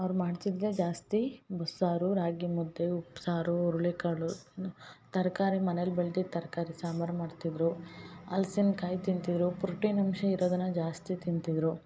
ಅವರು ಮಾಡ್ತಿದ್ದದ್ದೇ ಜಾಸ್ತಿ ಬಸ್ಸಾರು ರಾಗಿಮುದ್ದೆ ಉಪ್ಪುಸಾರು ಹುರುಳಿಕಾಳು ತರಕಾರಿ ಮನೆಲಿ ಬೆಳ್ದಿದ್ದ ತರಕಾರಿ ಸಾಂಬಾರು ಮಾಡ್ತಿದ್ದರು ಹಲ್ಸಿನ್ಕಾಯಿ ತಿಂತಿದ್ದರು ಪ್ರೋಟಿನ್ ಅಂಶ ಇರೋದನ್ನು ಜಾಸ್ತಿ ತಿಂತಿದ್ದರು